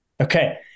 Okay